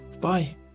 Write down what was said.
Bye